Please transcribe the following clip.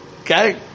Okay